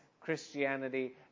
Christianity